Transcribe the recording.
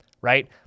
right